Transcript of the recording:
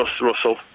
Russell